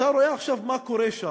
אתה רואה עכשיו מה קורה שם.